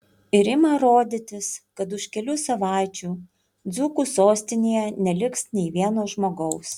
ir ima rodytis kad už kelių savaičių dzūkų sostinėje neliks nei vieno žmogaus